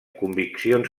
conviccions